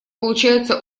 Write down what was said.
получается